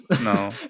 No